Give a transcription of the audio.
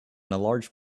large